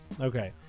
Okay